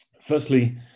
firstly